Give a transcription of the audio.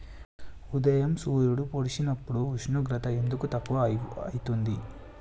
ఉదయం సూర్యుడు పొడిసినప్పుడు ఉష్ణోగ్రత ఎందుకు తక్కువ ఐతుంది?